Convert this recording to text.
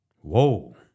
Whoa